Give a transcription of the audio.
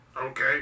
Okay